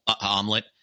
omelet